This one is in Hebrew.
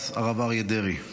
חבריי חברי הכנסת, גברתי השרה,